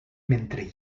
mentre